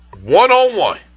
One-on-one